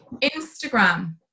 Instagram